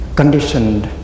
conditioned